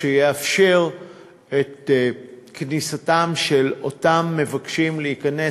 שיאפשר את כניסתם של אותם המבקשים להיכנס